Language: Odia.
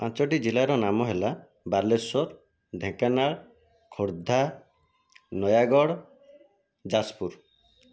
ପାଞ୍ଚଟି ଜିଲ୍ଲାର ନାମ ହେଲା ବାଲେଶ୍ଵର ଢେଙ୍କାନାଳ ଖୋର୍ଦ୍ଧା ନୟାଗଡ଼ ଯାଜପୁର